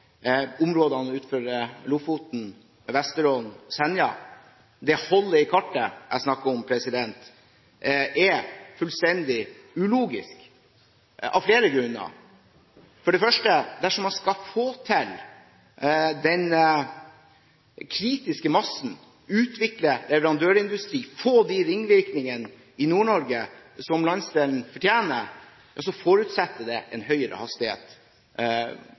områdene utenfor Lofoten, Vesterålen og Senja. Det hullet i kartet jeg snakket om, er fullstendig ulogisk, av flere grunner. For det første: Dersom man skal få til den kritiske massen, utvikle leverandørindustri, få de ringvirkningene i Nord-Norge som landsdelen fortjener, forutsetter det en høyere hastighet